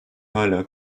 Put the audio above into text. hala